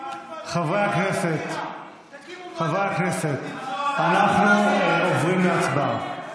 תקימו ועדת, חברי הכנסת, אנחנו עוברים להצבעה.